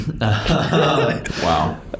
wow